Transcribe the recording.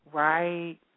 right